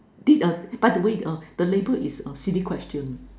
did uh by the way uh the label is a silly question